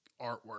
artwork